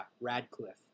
Radcliffe